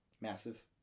Massive